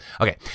Okay